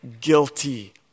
guilty